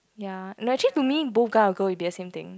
ya no actually to me both guy or girl will be a same thing